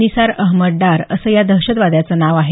निसार अहमद डार असं या दहशतवाद्याचं नाव आहे